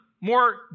more